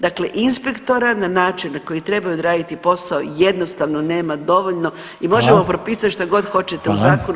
Dakle inspektora na način na koji trebaju odraditi posao jednostavno nema dovoljno i možemo [[Upadica: Hvala.]] propisati što god hoćete u zakonu,